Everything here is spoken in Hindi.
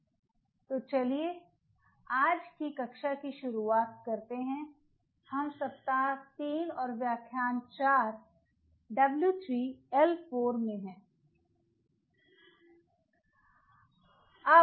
तो चलिए आज की कक्षा शुरू करते हैं हम सप्ताह 3 और व्याख्यान 4 W 3 L 4 में हैं